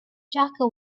jaka